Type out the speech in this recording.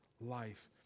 life